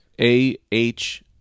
A-H